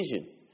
vision